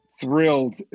thrilled